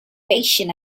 patient